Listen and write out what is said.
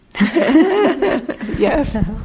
Yes